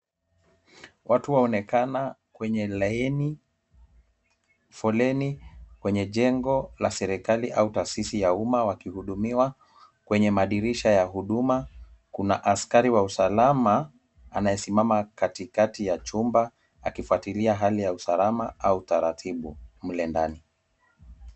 Watu waonekana kwenye laini foleni, kwenye jengo la serikali au taasisi ya umma wakihudumiwa kwenye madirisha ya huduma. Kuna askari wa usalama anayesimama katikati ya chumba akifuatilia hali ya usalama au taratibu mle ndani.